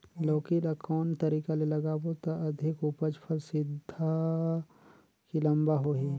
लौकी ल कौन तरीका ले लगाबो त अधिक उपज फल सीधा की लम्बा होही?